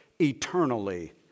eternally